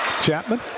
Chapman